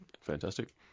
Fantastic